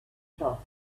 cloths